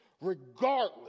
regardless